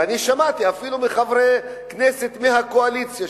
ואני שמעתי אפילו מחברי כנסת מהקואליציה,